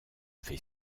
fais